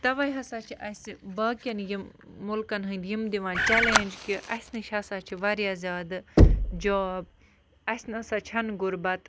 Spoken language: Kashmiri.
تَوَے ہَسا چھِ اَسہِ باقیَن یِم مُلکَن ہٕنٛدۍ یِم دِوان چَلینٛج کہِ اَسہِ نِش ہَسا چھِ واریاہ زیادٕ جاب اَسہِ نہ سا چھَنہٕ غُربت